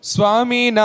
Swami